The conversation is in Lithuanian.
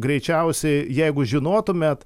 greičiausiai jeigu žinotumėt